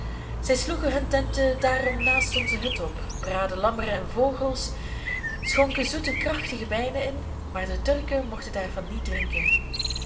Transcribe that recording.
zij sloegen hun tenten daarom naast onze hut op braadden lammeren en vogels schonken zoete krachtige wijnen in maar de turken mochten daarvan niet drinken